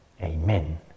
amen